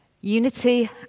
Unity